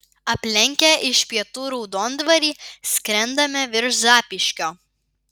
aplenkę iš pietų raudondvarį skrendame virš zapyškio